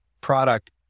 product